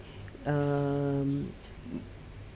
um